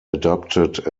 adopted